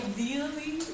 Ideally